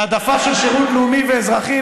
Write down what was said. בהעדפה של שירות לאומי ואזרחי,